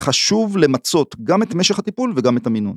‫חשוב למצות גם את משך הטיפול ‫וגם את המינון.